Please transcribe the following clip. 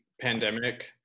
pandemic